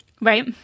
Right